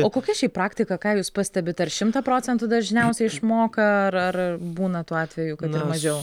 o kokia šiaip praktika ką jūs pastebit ar šimtą procentų dažniausiai išmoka ar ar būna tų atvejų kad ir mažiau